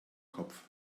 kopf